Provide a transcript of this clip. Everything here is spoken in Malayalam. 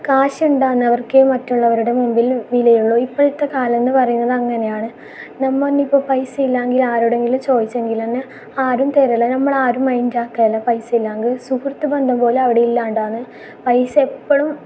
കാശുണ്ടാകുന്നവർക്കേ മറ്റുള്ളവരുടെ മുമ്പിൽ വിലയുള്ളൂ ഇപ്പോഴത്തെ കാലം എന്നു പറയുന്നത് അങ്ങനെയാണ് നമ്മൾ തന്നെ ഇപ്പോ പൈസ ഇല്ല എങ്കിൽ ആരോടെങ്കിലും ചോദിച്ചങ്കിൽ തന്നെ ആരും തരേല നമ്മളാരും മൈൻഡ് ആക്കുകയില്ല പൈസ ഇല്ല എങ്കിൽ സുഹൃത്ത് ബന്ധംപോലും അവിടെ ഇല്ലാണ്ടാണ് പൈസ ഇപ്പഴും